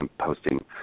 posting